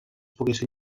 poguessin